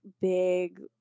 big